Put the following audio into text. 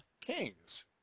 kings